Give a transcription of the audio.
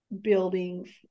building